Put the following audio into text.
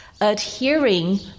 adhering